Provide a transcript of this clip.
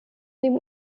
dem